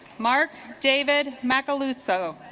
mark david macaluso